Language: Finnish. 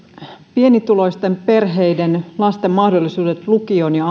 pienituloisten perheiden lasten mahdollisuudet lukion ja